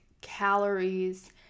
calories